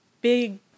big